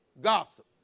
gossip